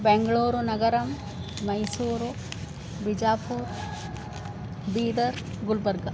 बेङ्गळूरुनगरं Mysuru Bijapur Bidar Gulbarga